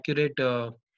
accurate